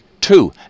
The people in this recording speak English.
Two